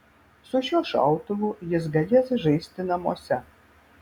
su šiuo šautuvu jis galės žaisti namuose